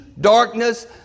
darkness